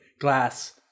glass